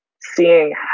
seeing